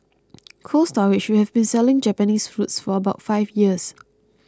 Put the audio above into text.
Cold Storage which has been selling Japanese fruits for about five years